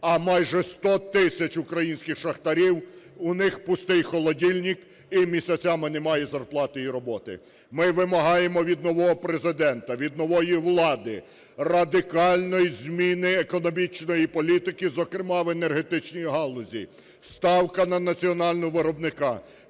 а майже сто тисяч українських шахтарів - у них пустий холодильник і місяцями немає зарплати і роботи. Ми вимагаємо від нового Президента, від нової влади радикальної зміни економічної політики, зокрема, в енергетичній галузі: ставка на національного виробника,